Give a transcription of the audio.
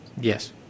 Yes